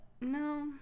No